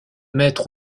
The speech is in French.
mettre